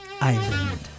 Island